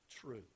true